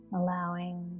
Allowing